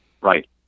Right